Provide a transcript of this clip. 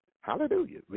Hallelujah